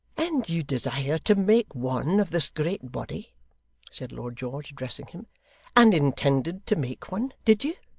and you desire to make one of this great body said lord george, addressing him and intended to make one, did you